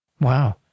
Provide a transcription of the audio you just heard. Wow